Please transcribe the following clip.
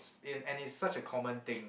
s~ and it's such a common thing